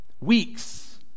weeks